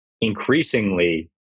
increasingly